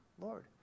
Lord